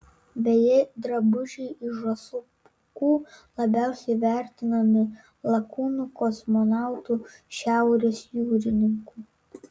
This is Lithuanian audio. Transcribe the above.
beje drabužiai iš žąsų pūkų labiausiai vertinami lakūnų kosmonautų šiaurės jūrininkų